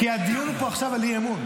כי הדיון פה הוא עכשיו על אי-אמון.